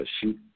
shoot